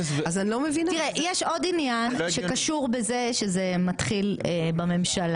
תראה יש עוד עניין שקשור בזה שזה מתחיל בממשלה.